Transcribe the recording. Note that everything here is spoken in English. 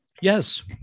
yes